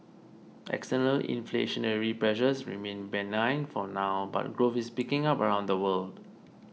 external inflationary pressures remain benign for now but growth is picking up around the world